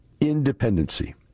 independency